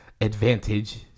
Advantage